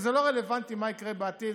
וזה לא רלוונטי מה יקרה בעתיד,